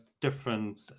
different